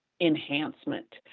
enhancement